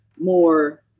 more